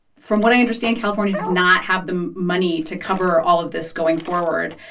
from what i understand, california does not have the money to cover all of this going forward.